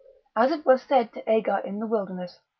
as it was said to agar in the wilderness,